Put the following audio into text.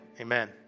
amen